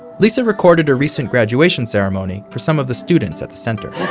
lisa recorded a recent graduation ceremony for some of the students at the center.